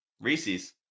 Reese's